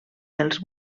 dels